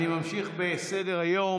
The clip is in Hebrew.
אני ממשיך בסדר-היום.